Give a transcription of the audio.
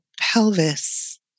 pelvis